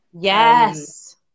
Yes